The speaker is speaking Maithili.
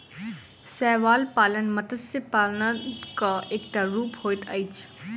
शैवाल पालन मत्स्य पालनक एकटा रूप होइत अछि